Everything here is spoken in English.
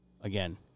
again